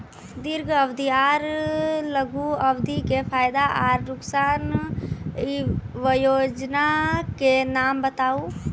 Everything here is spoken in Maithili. दीर्घ अवधि आर लघु अवधि के फायदा आर नुकसान? वयोजना के नाम बताऊ?